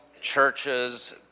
churches